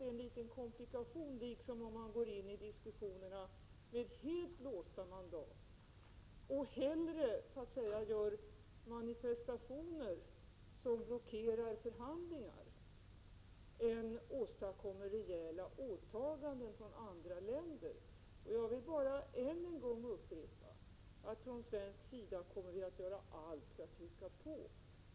Självfallet är det en komplikation om man går in i diskussionerna med helt låsta mandat och hellre gör manifestationer som blockerar förhandlingar än arbetar för rejäla åtaganden från andra länder. Jag vill bara än en gång upprepa att vi från svensk sida kommer att göra allt för att trycka på.